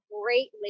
greatly